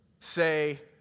say